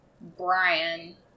Brian